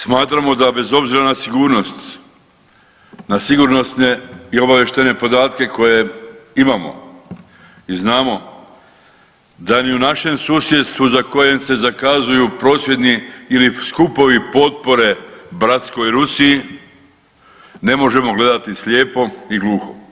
Smatramo da bez obzira na sigurnost, na sigurnosne i obavještajne podatke koje imamo i znamo da ni u našem susjedstvu za kojem se zakazuju prosvjedni ili skupovi potpore bratskoj Rusiji ne možemo gledati slijepo i gluho.